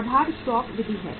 आधार stock विधि है